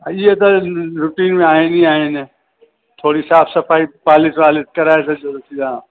हा इहा त रुटीन में आहिनि ई आहिनि थोरी साफ़ु सफ़ाई पालिश वालिश कराए छॾिजोसि या